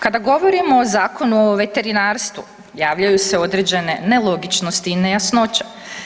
Kada govorimo o Zakonu o veterinarstvu, javljaju se određene nelogičnosti i nejasnoće.